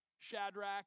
Shadrach